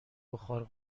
بخار